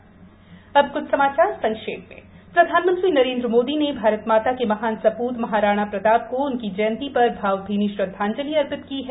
संक्षिप्त समाचार अब कुछ समाचार संक्षेप में प्रधानमंत्री नरेन्द्र मोदी ने भारत माता के महान सप्रत महाराणा प्रताप को उनकी जयंती पर भावभीनी श्रद्धांजलि अर्पित की है